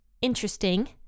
interesting